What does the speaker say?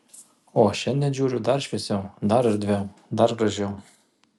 o šiandien žiūriu dar šviesiau dar erdviau dar gražiau